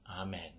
Amen